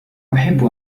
أحب